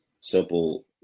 simple